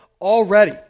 already